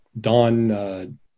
Don